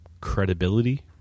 credibility